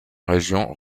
région